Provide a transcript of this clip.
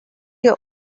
your